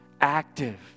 active